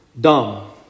dumb